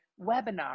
webinar